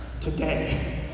today